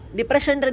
depression